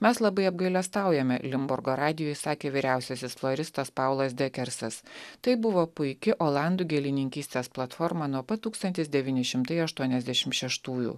mes labai apgailestaujame limburgo radijui sakė vyriausiasis floristas paulas dekersas tai buvo puiki olandų gėlininkystės platforma nuo pat tūkstantis devyni šimtai aštuoniasdešim šeštųjų